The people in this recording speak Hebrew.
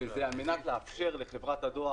וזה על מנת לאפשר לחברת הדואר,